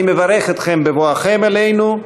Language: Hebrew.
אני מברך אתכם בבואכם אלינו,